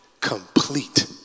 complete